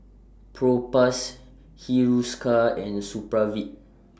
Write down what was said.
Propass Hiruscar and Supravit